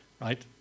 right